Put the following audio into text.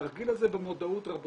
התרגיל הזה במודעות רבותי,